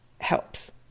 helps